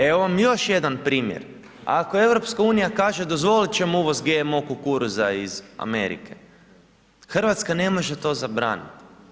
Evo vam još jedan primjer, ako EU kaže dozvolit ćemo uvoz GMO kukuruza iz Amerike, Hrvatska ne može to zabraniti.